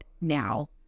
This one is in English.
now